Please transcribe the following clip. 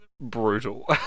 brutal